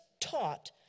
taught